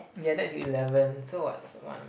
ya that's eleven so what's one